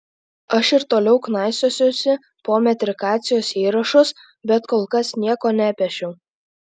aš ir toliau knaisiosiuosi po metrikacijos įrašus bet kol kas nieko nepešiau